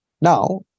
Now